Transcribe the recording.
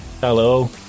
hello